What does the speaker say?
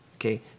okay